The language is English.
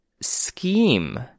scheme